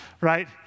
right